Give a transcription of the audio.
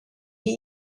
die